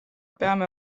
peame